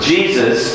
Jesus